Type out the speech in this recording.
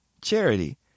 charity